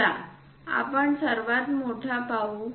चला आपण सर्वात मोठा पाहू